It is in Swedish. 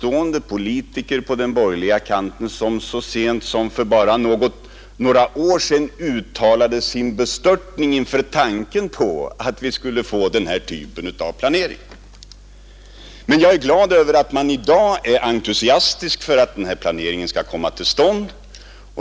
Det fanns på den borgerliga kanten framstående politiker som så sent som för några år sedan uttalade sin bestörtning inför tanken på att vi skulle få denna typ av planering. Men jag är glad över att man i dag är entusiastisk över att denna planering skall komma till stånd.